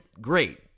Great